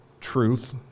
truth